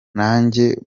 nanjye